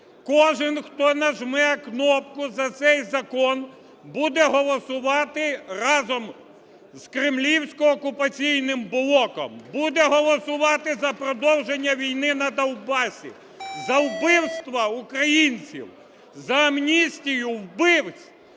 Кожен, хто нажме кнопку за цей закон, буде голосувати разом з кремлівсько- окупаційним блоком. Буде голосувати за продовження війни на Донбасі, за вбивства українців, за амністію вбивць,